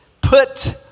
put